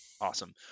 Awesome